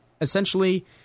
essentially